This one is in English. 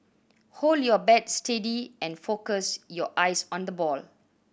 hold your bat steady and focus your eyes on the ball